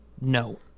No